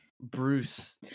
Bruce